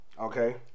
Okay